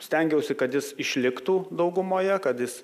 stengiausi kad jis išliktų daugumoje kad jis